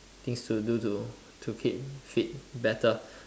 things to do to to keep fit better